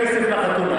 לחתונה,